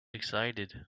excited